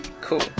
Cool